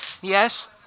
Yes